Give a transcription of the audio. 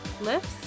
lifts